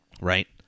right